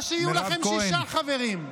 או שיהיו לכם שישה חברים.